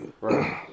Right